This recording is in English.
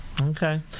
Okay